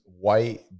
white